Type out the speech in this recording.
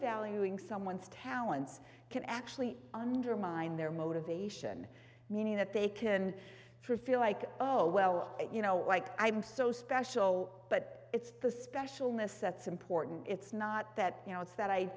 valuing someone's talents can actually undermine their motivation meaning that they can feel like oh well you know like i'm so special but it's the specialness sets important it's not that you know it's that i